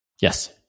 Yes